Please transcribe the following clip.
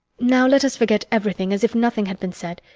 now let us forget everything as if nothing had been said.